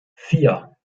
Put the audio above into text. vier